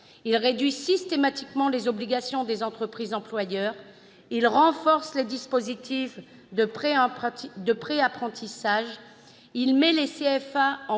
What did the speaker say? il réduit systématiquement les obligations des employeurs, il renforce les dispositifs de préapprentissage, il met les CFA en